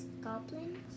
goblins